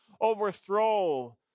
overthrow